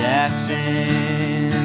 Jackson